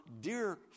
dear